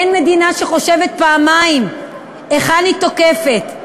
אין מדינה שחושבת פעמיים היכן היא תוקפת,